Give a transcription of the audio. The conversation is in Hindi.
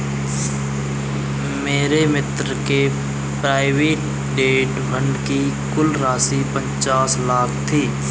मेरे मित्र के प्रोविडेंट फण्ड की कुल राशि पचास लाख थी